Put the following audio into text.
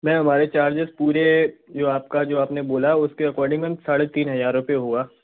ma'am हमारे charges पूरे जो आपका जो आपने बोला उसके अकॉर्डिंग मैम साढ़े तीन हज़ार रुपये हुआ